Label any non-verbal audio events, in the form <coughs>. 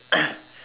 <coughs>